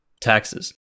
taxes